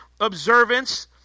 observance